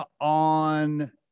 on